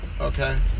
okay